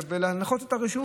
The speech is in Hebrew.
ולהנחות את הרשות.